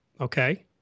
Okay